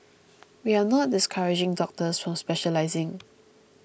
we are not discouraging doctors from specialising